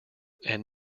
and